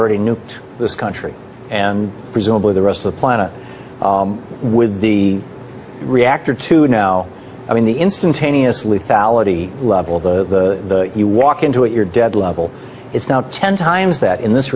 already nuked this country and presumably the rest of the planet with the reactor to now i mean the instantaneously fallacy level of the you walk into it you're dead level it's now ten times that in this